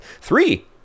three